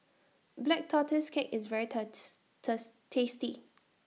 Black Tortoise Cake IS very tasty